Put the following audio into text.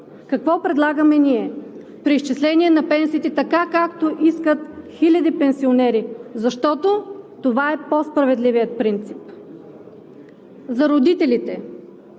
Какво предлагаме ние? Преизчисление на пенсиите, така както искат хиляди пенсионери, защото това е по-справедливият принцип. За родителите.